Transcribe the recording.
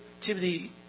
Timothy